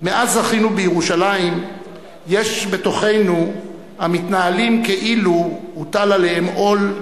מאז זכינו בירושלים יש בתוכנו המתנהלים כאילו הוטל עליהם עול,